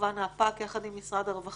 וכמובן ה --- יחד עם משרד הרווחה,